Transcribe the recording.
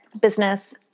business